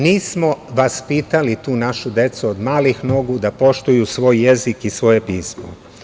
Nismo vaspitali tu našu decu od malih nogu da poštuju svoj jezik i svoje pismo.